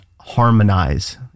harmonize